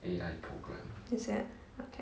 is it okay